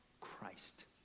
Christ